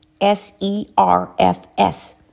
S-E-R-F-S